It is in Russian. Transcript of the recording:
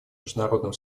международным